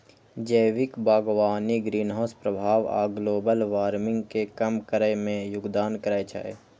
जैविक बागवानी ग्रीनहाउस प्रभाव आ ग्लोबल वार्मिंग कें कम करै मे योगदान करै छै